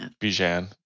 Bijan